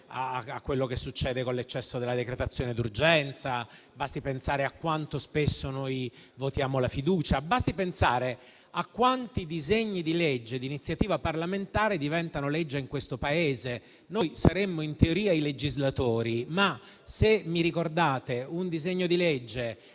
quello che succede con l'eccesso della decretazione d'urgenza, a quanto spesso votiamo la fiducia o a quanti disegni di legge di iniziativa parlamentare diventano legge in questo Paese; noi saremmo in teoria i legislatori, ma ricordatemi un disegno di legge